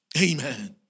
Amen